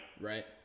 Right